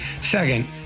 Second